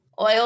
Oil